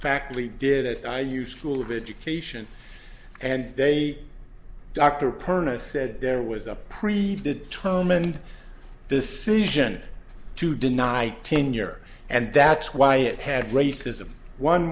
fact we did it i use full of education and they dr perna said there was a pre determined decision to deny tenure and that's why it had racism one